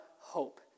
hope